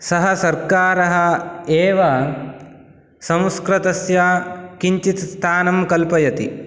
सः सर्कारः एव संस्कृतस्य किञ्चित् स्थानं कल्पयति